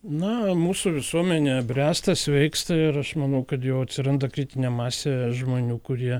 na mūsų visuomenė bręsta sveiksta ir aš manau kad jau atsiranda kritinė masė žmonių kurie